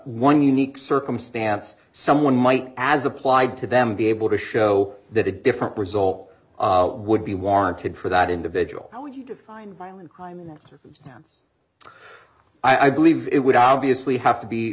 one unique circumstance someone might as applied to them be able to show that a different result would be warranted for that individual how would you define violent crime in that circumstance i believe it would obviously have to be